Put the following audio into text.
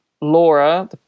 Laura